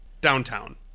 downtown